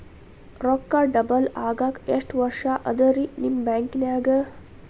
ರೊಕ್ಕ ಡಬಲ್ ಆಗಾಕ ಎಷ್ಟ ವರ್ಷಾ ಅದ ರಿ ನಿಮ್ಮ ಬ್ಯಾಂಕಿನ್ಯಾಗ?